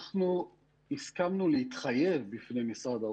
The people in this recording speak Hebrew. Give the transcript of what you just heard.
אנחנו הסכמנו להתחייב בפני משרד האוצר,